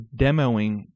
demoing